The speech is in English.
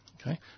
Okay